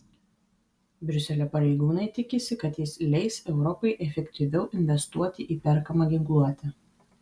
briuselio pareigūnai tikisi kad jis leis europai efektyviau investuoti į perkamą ginkluotę